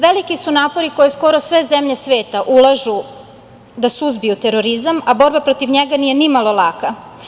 Veliki su napori koje skoro sve zemlje sveta ulažu da suzbiju terorizam, a borba protiv njega nije nimalo laka.